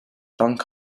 punk